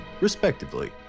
respectively